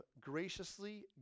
graciously